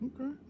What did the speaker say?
Okay